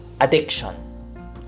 addiction